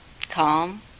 calm